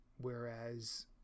Whereas